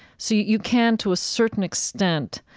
so you can, to a certain extent,